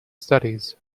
studies